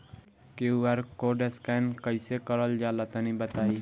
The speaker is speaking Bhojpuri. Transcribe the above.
क्यू.आर कोड स्कैन कैसे क़रल जला तनि बताई?